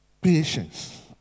Patience